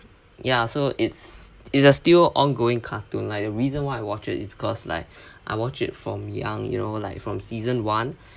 ya so it's it's a still ongoing cartoon like the reason why I watch it is because like I watch it from young you know like from season one